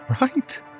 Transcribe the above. Right